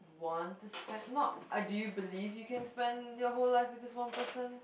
want to spend not uh do you believe you can spend your whole life with this one person